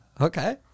okay